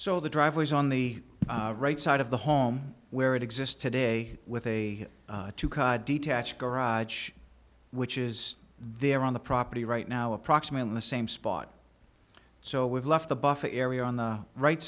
so the drivers on the right side of the home where it exists today with a detached garage which is there on the property right now approximately the same spot so we've left the buffer area on the right